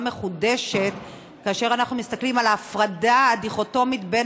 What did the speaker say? מחודשת בכך שאנחנו מסתכלים על ההפרדה הדיכוטומית בין